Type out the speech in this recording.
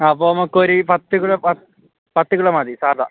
അപ്പോൾ നമുക്കൊരു പത്ത് കിലോ പത്ത് കിലോ മതി സാധാരണ